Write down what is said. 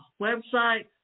website